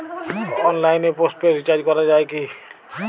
অনলাইনে postpaid recharge করা যায় কি?